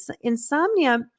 insomnia